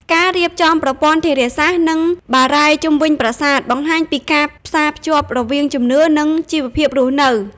ការរៀបចំប្រព័ន្ធធារាសាស្ត្រ និងបារាយណ៍ជុំវិញប្រាសាទ បង្ហាញពីការផ្សារភ្ជាប់រវាងជំនឿ និងជីវភាពរស់នៅ។